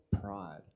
pride